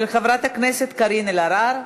של חברת הכנסת קארין אלהרר.